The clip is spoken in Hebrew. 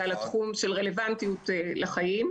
ועל התחום של רלבנטיות לחיים,